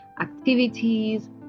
activities